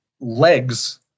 legs